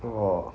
!wah!